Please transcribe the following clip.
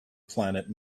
planet